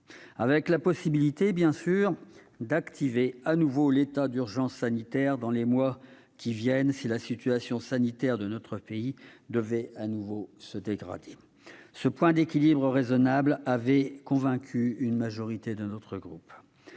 sûr la possibilité d'activer de nouveau l'état d'urgence sanitaire dans les mois qui viennent si la situation sanitaire de notre pays devait se dégrader. Ce point d'équilibre raisonnable avait convaincu une majorité des membres